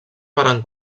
varen